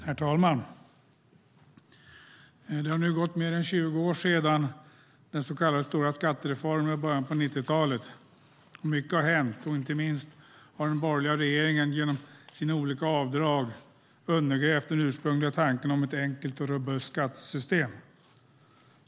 Herr talman! Det har nu gått mer än 20 år sedan den så kallade stora skattereformen i början av 1990-talet. Mycket har hänt, och inte minst har den borgerliga regeringen genom sina olika avdrag undergrävt den ursprungliga tanken om ett enkelt och robust skattesystem.